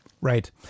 Right